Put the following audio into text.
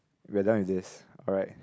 we're done with this alright